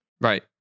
Right